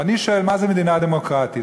ואני שואל, מה זה מדינה דמוקרטית.